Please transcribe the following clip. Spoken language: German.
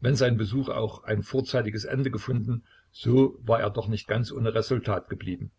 wenn sein besuch auch ein vorzeitiges ende gefunden so war er doch nicht ganz ohne resultat geblieben